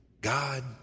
God